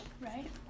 right